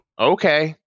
Okay